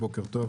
בוקר טוב,